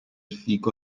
fico